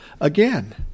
Again